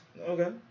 Okay